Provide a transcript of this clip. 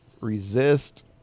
resist